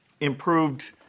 improved